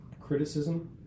criticism